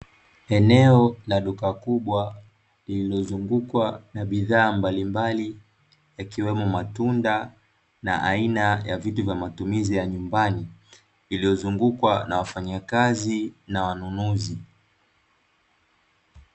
Eneo la duka kubwa, lililozungukwa na bidhaa mbalimbali, yakiwemo matunda, na aina ya vitu vya matumizi ya nyumbani, iliyozungukwa na wafanyakazi na wanunuzi.